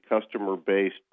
customer-based